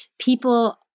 people